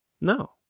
no